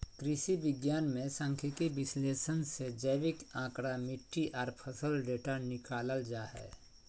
कृषि विज्ञान मे सांख्यिकीय विश्लेषण से जैविक आंकड़ा, मिट्टी आर फसल डेटा निकालल जा हय